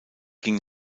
ging